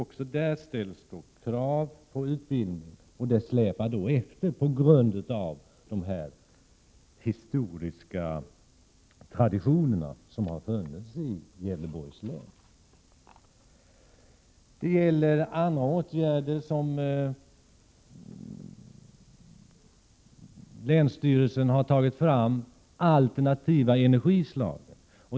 Numera ställs det krav på utbildning, men här släpar man efter på grund av de historiska traditionerna som har funnits i Gävleborgs län. Länsstyrelsen har även föreslagit andra åtgärder som gäller bl.a. de alternativa energislagen.